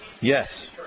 Yes